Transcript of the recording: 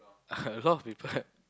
a lot of people